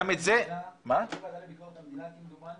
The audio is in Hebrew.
כמדומני זה עלה בוועדה לביקורת המדינה.